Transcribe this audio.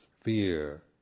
fear